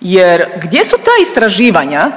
jer gdje su ta istraživanja